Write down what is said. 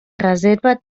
reserva